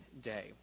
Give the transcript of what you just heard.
day